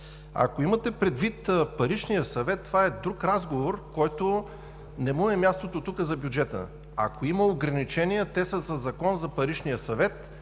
Ако имате предвид Паричния съвет, това е друг разговор, на който не му е мястото тук, в бюджета. Ако има ограничения, те са със Закон за Паричния съвет,